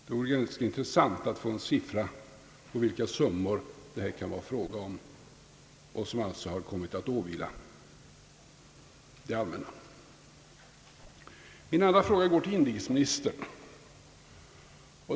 Det vore intressant att få en siffra på vilka summor det här kan vara fråga om. En annan fråga ställer jag till inrikesministern.